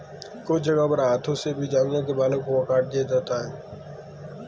कुछ जगहों पर हाथों से भी जानवरों के बालों को हटा दिया जाता है